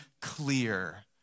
Clear